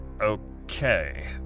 Okay